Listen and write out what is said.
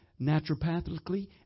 naturopathically